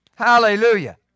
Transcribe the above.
Hallelujah